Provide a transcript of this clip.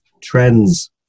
trends